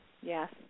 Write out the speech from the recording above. Yes